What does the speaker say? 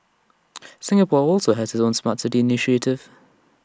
Singapore also has its own Smart City initiative